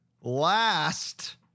last